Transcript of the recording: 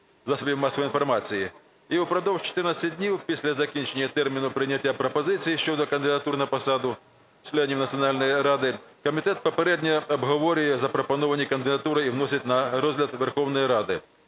засобів масової інформації; і упродовж 14 днів після закінчення терміну прийняття пропозицій щодо кандидатур на посаду членів Національної ради комітет попередньо обговорює запропоновані кандидатури і вносить на розгляд Верховної Ради